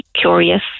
curious